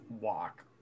walk